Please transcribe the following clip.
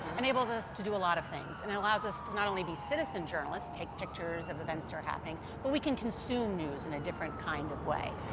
enables us to do a lot of things. and it allows us to not only be citizen journalists take picturees of events that are happening but we can consume news and a different kind of way.